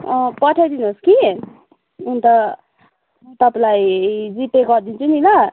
पठाई दिनुहोस् कि अन्त तपाईँलाई जिपे दरिदिन्निछु ल